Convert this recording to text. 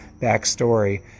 backstory